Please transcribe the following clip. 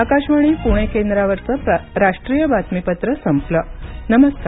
आकाशवाणी पूणे केंद्राचं राष्ट्रीय बातमीपत्र संपलं नमस्कार